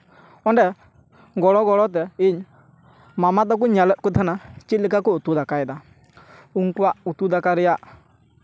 ᱚᱸᱰᱮ ᱜᱚᱲᱚᱼᱜᱚᱲᱚ ᱛᱮ ᱤᱧ ᱢᱟᱢᱟ ᱛᱟᱠᱚᱧ ᱧᱮᱞᱮᱫᱠᱚ ᱛᱟᱦᱮᱱᱟ ᱪᱮᱫ ᱞᱮᱠᱟ ᱠᱚ ᱩᱛᱩᱼᱫᱟᱠᱟᱭᱫᱟ ᱩᱱᱠᱩᱣᱟᱜ ᱩᱛᱩᱼᱫᱟᱠᱟ ᱨᱮᱭᱟᱜ